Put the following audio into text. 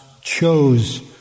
chose